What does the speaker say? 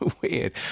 weird